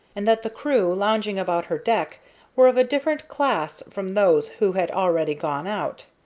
and that the crew lounging about her deck were of a different class from those who had already gone out.